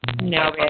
No